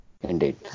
indeed